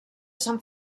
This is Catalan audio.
sant